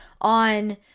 on